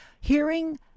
hearing